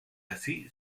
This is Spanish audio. así